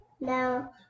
No